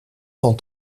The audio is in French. cent